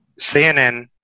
CNN